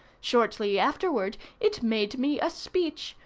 shortly afterward it made me a speech,